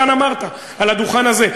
כאן אמרת, על הדוכן הזה.